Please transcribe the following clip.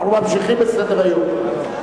אנחנו ממשיכים בסדר-היום.